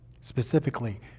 Specifically